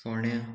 फोंण्या